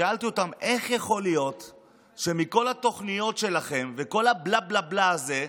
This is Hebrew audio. שאלתי אותם: איך יכול להיות שמכל התוכניות שלכם וכל הבלה-בלה-בלה הזה,